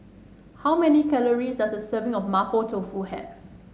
how many calories does a serving of Mapo Tofu have